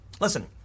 Listen